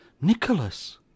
Nicholas